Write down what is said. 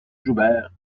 joubert